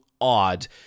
odd